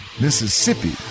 Mississippi